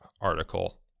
article